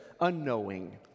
Unknowing